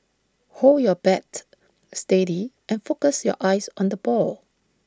hold your bat steady and focus your eyes on the ball